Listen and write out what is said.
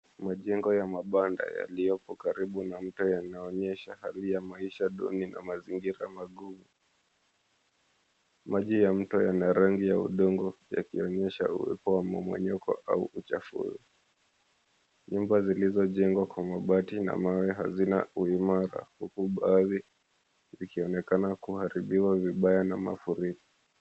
Majengo ya mabanda yaliyoko karibu na mto yanaonyesha hali ya maisha duni na mazingira magumu. Maji ya mto yana rangi ya udongo yakionyesha uwepo wa mmomonyoko au uchafu. Nyumba zilizojengwa kwa mabati na mawe hazina uimara huku baadhi zikionekana kuharibiwa vibaya na mafuriko.